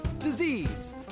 disease